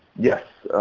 yes.